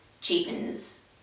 cheapens